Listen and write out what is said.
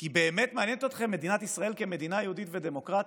כי באמת מעניינת אתכם מדינת ישראל כמדינה יהודית ודמוקרטית?